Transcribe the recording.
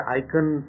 icon